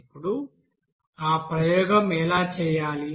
ఇప్పుడు ఆ ప్రయోగం ఎలా చేయాలి